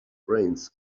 brains